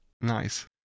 nice